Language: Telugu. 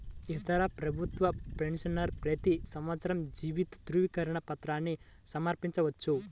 ఇతర ప్రభుత్వ పెన్షనర్లు ప్రతి సంవత్సరం జీవిత ధృవీకరణ పత్రాన్ని సమర్పించవచ్చు